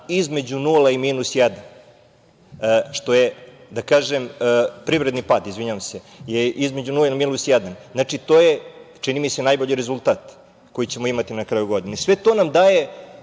između nula i minus jedan, što je da kažem… Privredni pad, izvinjavam se, je između nula i minus jedan. Znači, to je, čini mi se najbolji rezultat koji ćemo imati na kraju godine. Sve to nam daje